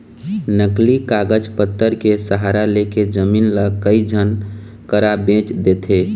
नकली कागज पतर के सहारा लेके जमीन ल कई झन करा बेंच देथे